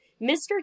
Mr